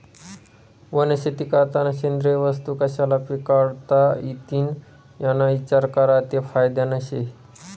वनशेती करतांना सेंद्रिय वस्तू कशा पिकाडता इतीन याना इचार करा ते फायदानं शे